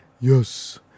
Yes